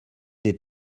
des